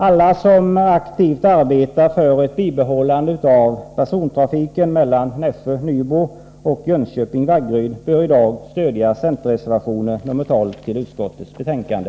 Alla som aktivt arbetar för ett bibehållande av persontrafiken Nässjö-Nybro och Jönköping-Vaggeryd bör i dag stödja centerreservationen nr 12 till utskottets betänkande.